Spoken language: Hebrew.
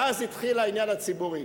ואז התחיל העניין הציבורי.